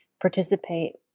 participate